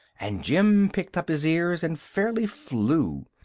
and jim pricked up his ears and fairly flew.